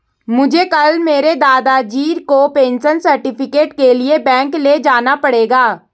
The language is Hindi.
मुझे कल मेरे दादाजी को पेंशन सर्टिफिकेट के लिए बैंक ले जाना पड़ेगा